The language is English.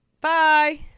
Bye